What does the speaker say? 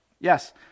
Yes